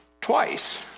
twice